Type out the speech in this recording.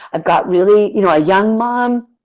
ah got really you know a young mom,